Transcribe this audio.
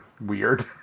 weird